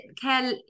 care